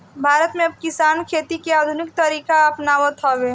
भारत में अब किसान खेती के आधुनिक तरीका अपनावत हवे